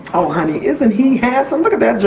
oh honey, isn't he handsome? look at